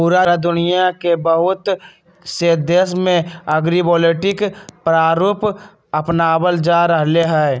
पूरा दुनिया के बहुत से देश में एग्रिवोल्टिक प्रारूप अपनावल जा रहले है